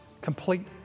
Complete